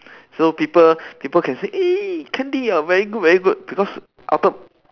so people people can say eh candy you are very good very good because